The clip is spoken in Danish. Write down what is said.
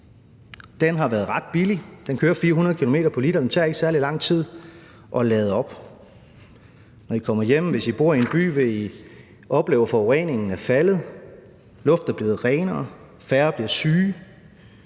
Den har været ret billig, den kører 400 km på literen, og det tager ikke særlig lang tid at lade den op. Når I kommer hjem, vil I, hvis I bor i en by, opleve, at forureningen er faldet, luften er blevet renere, færre bliver syge.